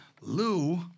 Lou